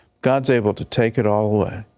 god's able to take it all away.